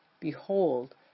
behold